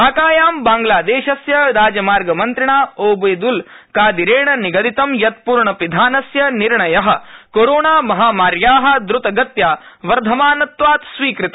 ढाकायां बांग्लादेशस्य राजमार्ग मन्त्रिणा ओबेदुल कादिरेण निगदितं यत् पूर्णपिधानस्य निर्णय कोरोणा महामार्या द्रतगत्या वर्धमानत्वात् स्वीकृत